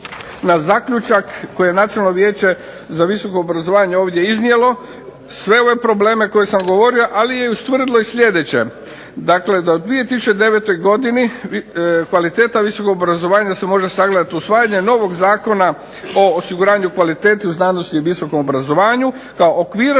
na zaključak koji je Nacionalno vijeće za visoko obrazovanje ovdje iznijelo sve ove probleme koje sam govorio, ali je ustvrdilo i sljedeće: dakle, da u 2009. godini kvaliteta visokog obrazovanja se može sagledati usvajanjem novog Zakona o osiguranju kvalitete u znanosti i visokom obrazovanju kao okvira